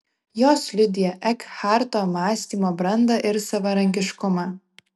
jos liudija ekharto mąstymo brandą ir savarankiškumą